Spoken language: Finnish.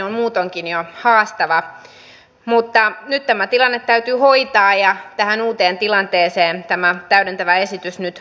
on myös perusteltua kysyä olisiko nyt aika palauttaa lainvalmistelussa monijäsenisen lainvalmisteluelimen kunnia ja asettaa se selvitysmiesmenettelyn rinnalle